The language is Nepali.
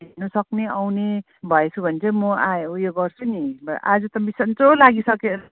हिँडन सक्ने आउने भएछु भने चाहिँ म आयो ऊ यो गर्छु नि आज त बिसन्चो लागिसक्यो